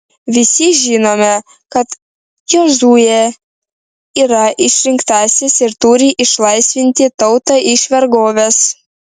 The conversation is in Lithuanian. visi žinome kad jozuė yra išrinktasis ir turi išlaisvinti tautą iš vergovės